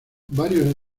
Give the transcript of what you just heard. varios